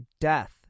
death